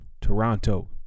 Toronto